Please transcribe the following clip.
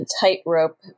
tightrope